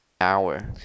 hour